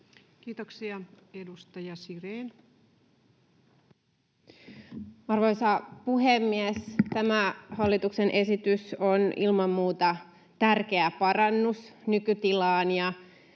Time: 16:51 Content: Arvoisa puhemies! Tämä hallituksen esitys on ilman muuta tärkeä parannus nykytilaan,